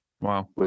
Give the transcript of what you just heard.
Wow